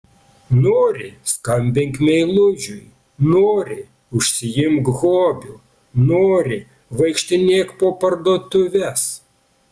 nori skambink meilužiui nori užsiimk hobiu nori vaikštinėk po parduotuves